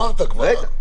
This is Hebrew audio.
אמרת כבר.